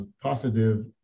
positive